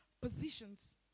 positions